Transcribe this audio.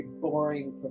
boring